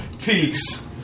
Peace